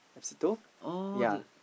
asbestos yea